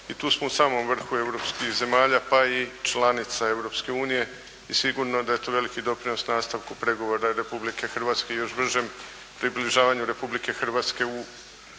i tu smo u samom vrhu europskih zemalja, pa i članica Europske unije i sigurno da je to veliki doprinos nastavku pregovora Republike Hrvatske i još bržem približavanju Republike Hrvatske u